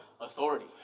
authority